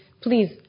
Please